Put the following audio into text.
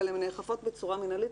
אבל הן נאכפות בצורה מנהלית,